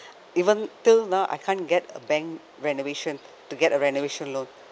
even till now I can't get a bank renovation to get a renovation loan